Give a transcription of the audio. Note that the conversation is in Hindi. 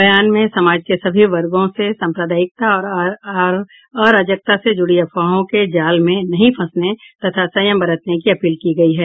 बयान में समाज के सभी वर्गों से साम्प्रदायिकता और अराजकता से जुड़ी अफवाहों के जाल में नहीं फंसने तथा संयम बरतने की अपील की गई है